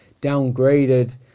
downgraded